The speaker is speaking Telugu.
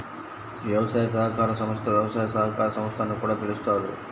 వ్యవసాయ సహకార సంస్థ, వ్యవసాయ సహకార సంస్థ అని కూడా పిలుస్తారు